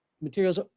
materials